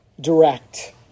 direct